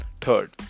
third